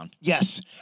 Yes